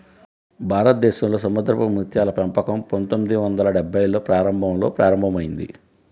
భారతదేశంలో సముద్రపు ముత్యాల పెంపకం పందొమ్మిది వందల డెభ్భైల్లో ప్రారంభంలో ప్రారంభమైంది